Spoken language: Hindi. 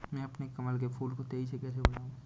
मैं अपने कमल के फूल को तेजी से कैसे बढाऊं?